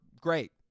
Great